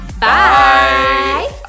bye